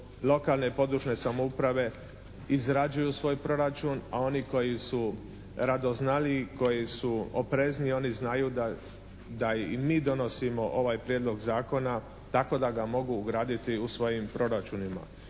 lokalne, područne samouprave izrađuju svoj proračun a oni koji su radoznaliji, koji su oprezniji oni znaju da i mi donosimo ovaj Prijedlog zakona tako da ga mogu ugraditi u svojim proračunima.